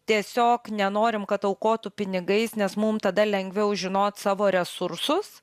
tiesiog nenorim kad aukotų pinigais nes mum tada lengviau žinoti savo resursus